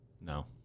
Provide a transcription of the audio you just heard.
No